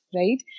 right